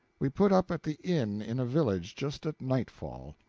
we put up at the inn in a village just at nightfall,